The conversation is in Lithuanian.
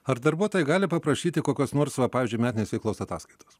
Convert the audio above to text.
ar darbuotojai gali paprašyti kokios nors va pavyzdžiui metinės veiklos ataskaitos